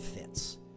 fits